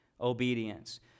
obedience